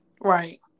Right